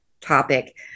topic